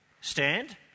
Stand